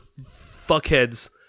fuckheads